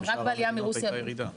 בשאר המדינות הייתה ירידה.